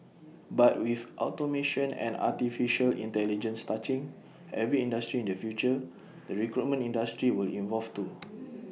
but with automation and Artificial Intelligence touching every industry in the future the recruitment industry will evolve too